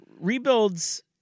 rebuilds